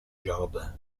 jardin